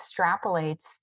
extrapolates